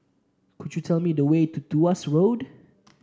could you tell me the way to Tuas Road